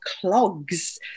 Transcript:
clogs